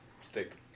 Stick